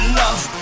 love